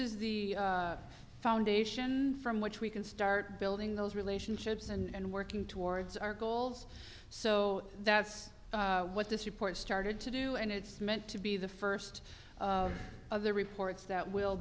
is the foundation from which we can start building those relationships and working towards our goals so that's what this report started to do and it's meant to be the first of the reports that will